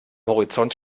horizont